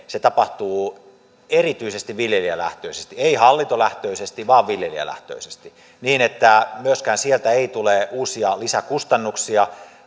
se tapahtuu erityisesti viljelijälähtöisesti ei hallintolähtöisesti vaan viljelijälähtöisesti niin että myöskään sieltä ei tule uusia lisäkustannuksia